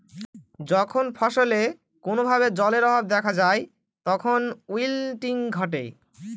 যখন ফসলে কোনো ভাবে জলের অভাব দেখা যায় তখন উইল্টিং ঘটে